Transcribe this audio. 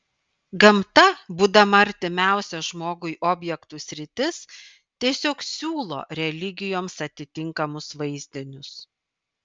gamta būdama artimiausia žmogui objektų sritis tiesiog siūlo religijoms atitinkamus vaizdinius